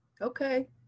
Okay